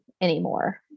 anymore